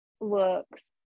looks